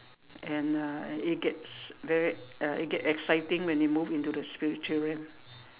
and uh it gets very uh it get exciting when you move into the spiritual realm